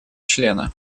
члена